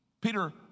Peter